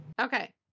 Okay